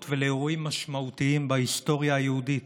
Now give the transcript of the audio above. ולאירועים משמעותיים בהיסטוריה היהודית,